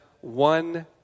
one